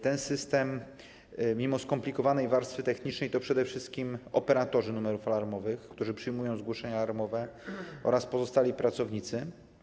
Ten system mimo skomplikowanej warstwy technicznej to przede wszystkim operatorzy numerów alarmowych, którzy przyjmują zgłoszenia alarmowe, oraz pozostali pracownicy.